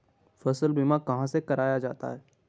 फसल बीमा कहाँ से कराया जाता है?